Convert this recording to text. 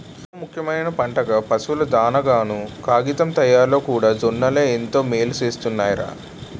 ఐదవ ముఖ్యమైన పంటగా, పశువుల దానాగాను, కాగితం తయారిలోకూడా జొన్నలే ఎంతో మేలుసేస్తున్నాయ్ రా